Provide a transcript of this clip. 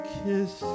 kiss